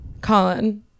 colin